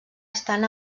estan